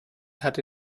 hatte